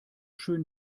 schön